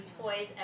toys